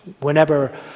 Whenever